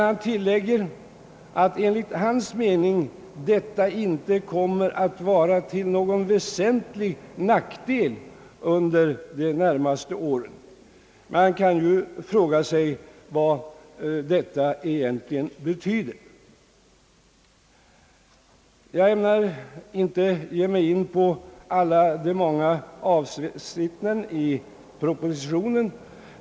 Han tillägger att enligt hans mening detta inte kommer att vara till någon väsentlig nackdel under de närmaste åren. Man kan fråga sig vad detta egentligen betyder. Jag ämnar inte ge mig in på alla de många avsnitten i propositionen.